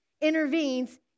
intervenes